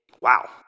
Wow